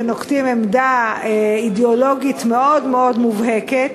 שנוקטים עמדה אידיאולוגית מאוד מאוד מובהקת,